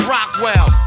Rockwell